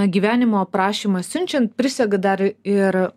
gyvenimo aprašymą siunčiant prisega dar ir